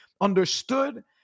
understood